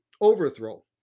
overthrow